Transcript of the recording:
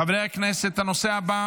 חברי הכנסת, הנושא הבא